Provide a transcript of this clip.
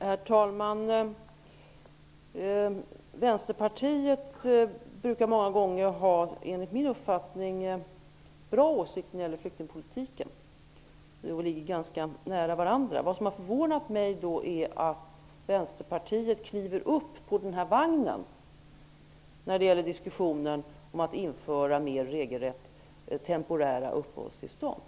Herr talman! Vänsterpartiet har, enligt min uppfattning, många gånger bra åsikter om flyktingpolitiken. Vi ligger ganska nära varandra. Därför förvånar det mig att Vänsterpartiet kliver upp på den här vagnen i diskussionen om att mer regelrätt införa temporära uppehållstillstånd.